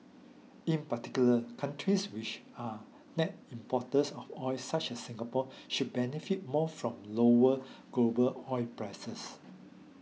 in particular countries which are net importers of oil such as Singapore should benefit more from lower global oil prices